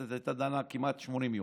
והכנסת הייתה דנה כמעט 80 יום.